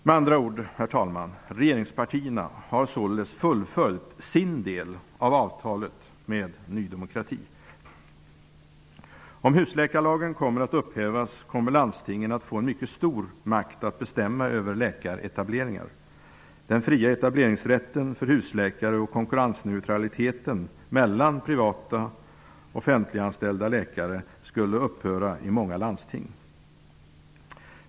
Med andra ord har regeringspartierna således fullföljt sin del av avtalet med Ny demokrati. Om husläkarlagen upphävs kommer landstingen att få en mycket stor makt att bestämma över läkaretableringar. Den fria etableringsrätten för husläkare och konkurrensneutraliteten mellan privata och offentliganställda läkare skulle upphöra i många landsting.